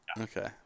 Okay